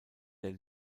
der